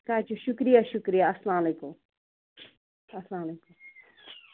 ٹھیٖک حظ چھُ شُکریہ شُکریہ اَسَلامُ علیکُم اَسلامُ علیکُم